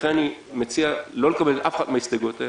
לכן אני מציע לא לקבל שום הסתייגות,